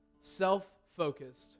self-focused